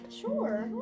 Sure